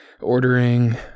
ordering